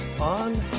on